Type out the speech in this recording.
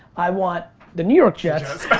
i want the new york jets.